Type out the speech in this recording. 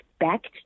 expect